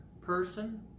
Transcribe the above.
person